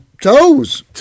Toes